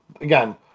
again